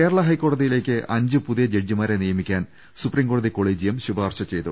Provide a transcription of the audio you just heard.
കേരള ഹൈക്കോടതിയിലേക്ക് അഞ്ച് പുതിയ ജഡ്ജിമാരെ നിയമിക്കാൻ സുപ്രീംകോടതി കൊളീജിയും ശുപ്പാർശ ചെയ്തു